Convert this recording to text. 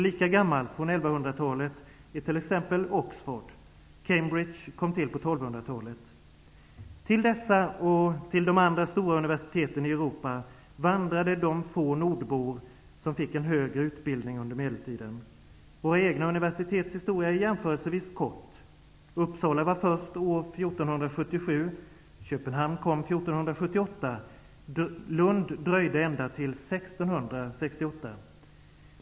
Lika gammalt, dvs. från 1100-talet, är t.ex. Till dessa och till de andra stora universiteten i Europa vandrade de få nordbor som fick en högre utbildning under medeltiden. Våra egna universitets historia är jämförelsevis kort. Uppsala var först, år 1477. Köpenhamn kom 1478. Lund dröjde ända till 1668.